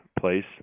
place